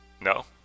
no